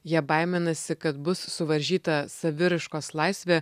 jie baiminasi kad bus suvaržyta saviraiškos laisvė